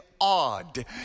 odd